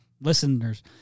listeners